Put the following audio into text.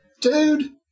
Dude